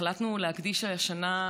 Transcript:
החלטנו להקדיש השנה,